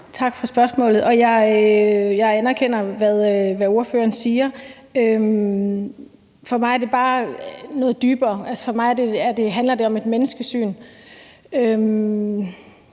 Tak for spørgsmålet. Jeg anerkender, hvad ordføreren siger. For mig er det bare noget dybere. For mig handler det om et menneskesyn.